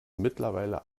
mittlerweile